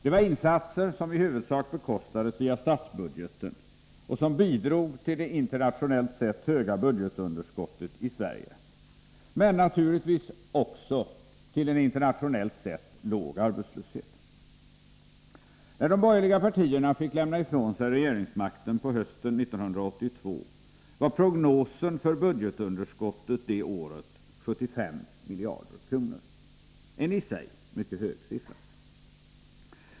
Det var insatser som i huvudsak bekostades via statsbudgeten och som bidrog till det internationellt sett höga budgetunderskottet i Sverige men naturligtvis också till en internationellt sett låg arbetslöshet. När de borgerliga partierna fick lämna ifrån sig regeringsmakten på hösten 1982 var prognosen för det året ett budgetunderskott på 75 miljarder kronor, en i sig mycket hög siffra.